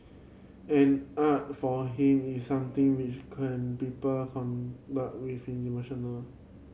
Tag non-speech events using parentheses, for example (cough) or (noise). and art for him is something which can people (unintelligible) with emotional